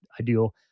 ideal